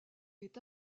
est